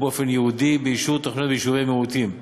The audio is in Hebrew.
באופן ייעודי באישור תוכניות ביישובי מיעוטים,